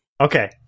Okay